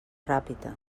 ràpita